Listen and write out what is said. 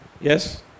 Yes